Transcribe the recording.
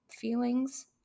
feelings